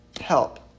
help